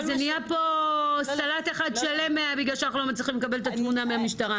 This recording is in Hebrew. נהיה פה סלט אחד שלם בגלל שאנחנו לא מצליחים לקבל את התמונה מהמשטרה.